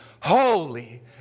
holy